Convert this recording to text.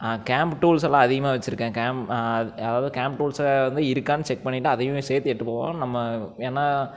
camp டூல்ஸலாம் அதிகமாக வச்சுருக்கேன் கேம்ப் அதாவது கேம்ப் டூல்ஸை வந்து இருக்கான்னு செக் பண்ணிவிட்டு அதையும் சேர்த்து எடுத்துகிட்டு போவேன் நம்ம ஏன்னா